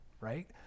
right